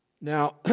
Now